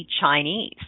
Chinese